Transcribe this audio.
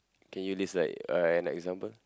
can you list like uh like example